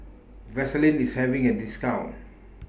Vaselin IS having A discount